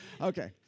Okay